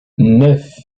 neuf